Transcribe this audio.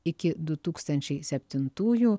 iki du tūkstančiai septintųjų